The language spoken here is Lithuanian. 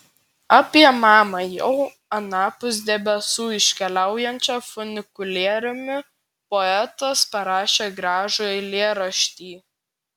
apie mamą jau anapus debesų iškeliaujančią funikulieriumi poetas parašė gražų eilėraštį